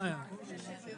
בשעה